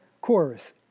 chorus